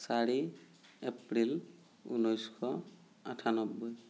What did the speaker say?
চাৰি এপ্ৰিল ঊনৈছশ আঠান্নব্বৈ